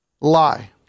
lie